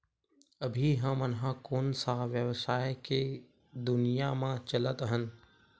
अभी हम ह कोन सा व्यवसाय के दुनिया म चलत हन?